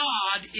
God